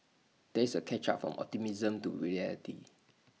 this A catch up from optimism to reality